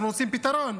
אנחנו רוצים פתרון.